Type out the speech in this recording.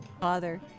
Father